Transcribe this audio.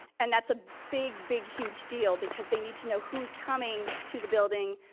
and that's a big, big, huge deal because they need to know who's coming to the building,